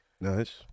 Nice